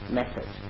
method